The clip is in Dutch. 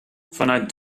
vanuit